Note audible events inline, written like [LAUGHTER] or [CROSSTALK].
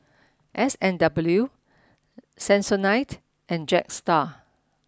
[NOISE] S and W [NOISE] Sensodyne and Jetstar